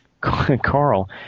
Carl